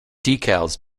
decals